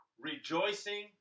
Rejoicing